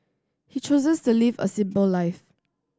he chooses to live a simple life